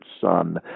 son